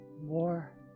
more